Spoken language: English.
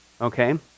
Okay